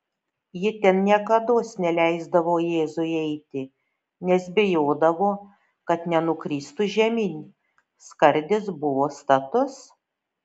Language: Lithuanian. ji ten niekados neleisdavo jėzui eiti nes bijodavo kad nenukristų žemyn skardis buvo status